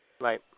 Right